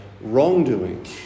wrongdoing